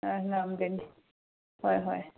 ꯉꯃꯒꯅꯤ ꯍꯣꯏ ꯍꯣꯏ